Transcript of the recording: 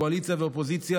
קואליציה ואופוזיציה,